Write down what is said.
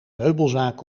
meubelzaak